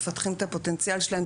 מפתחים את הפוטנציאל שלהם.